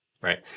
Right